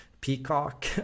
peacock